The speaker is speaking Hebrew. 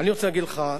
אני רוצה להגיד לך,